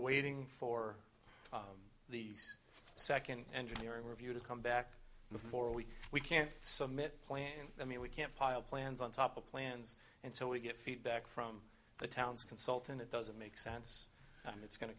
waiting for these second engineering review to come back before we we can't summit planned i mean we can't pile plans on top of plans and so we get feedback from the town's consult and it doesn't make sense i mean it's going to